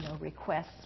requests